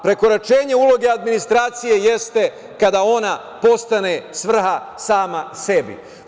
Prekoračenje uloge administracije jeste kada ona postane svrha sama sebi.